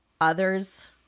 Others